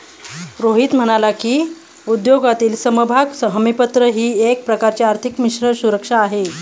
रोहित म्हणाला की, उद्योगातील समभाग हमीपत्र ही एक प्रकारची आर्थिक मिश्र सुरक्षा आहे